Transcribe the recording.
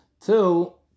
till